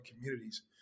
communities